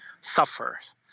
suffers